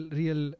real